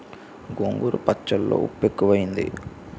గోంగూర పచ్చళ్ళో ఉప్పు ఎక్కువైంది